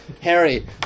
Harry